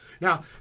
now